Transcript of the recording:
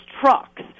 trucks